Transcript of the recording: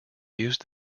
used